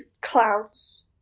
clowns